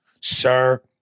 Sir